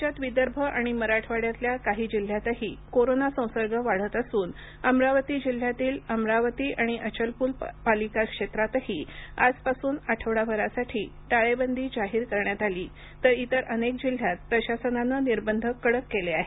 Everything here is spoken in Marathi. राज्यात विदर्भ आणि मराठवाड्यातल्या काही जिल्ह्यातही कोरोना संसर्ग वाढत असून अमरावती जिल्ह्यातील अमरावती आणि अचलपूर पालिका क्षेत्रातही आज पासून आठवडाभरासाठी टाळेबंदी जाहीर करण्यात आली तर इतर अनेक जिल्ह्यात प्रशासनानं निर्बंध कडक केले आहेत